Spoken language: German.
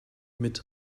mit